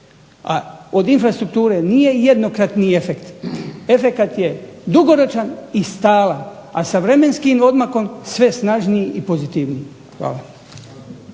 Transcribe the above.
A od infrastrukture nije jednokratni efekt. Efekat je dugoročan i stalan, a sa vremenskim odmakom sve snažniji i pozitivniji. Hvala.